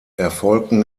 erfolgten